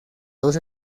dos